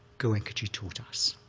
goenkaji taught us.